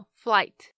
flight